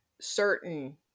certain